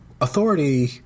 Authority